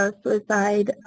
ah suicide,